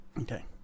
Okay